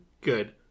good